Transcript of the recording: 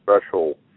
special